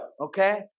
Okay